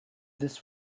this